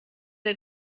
der